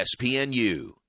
ESPNU